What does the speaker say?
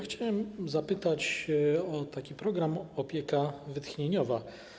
Chciałem zapytać o program „Opieka wytchnieniowa”